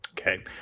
Okay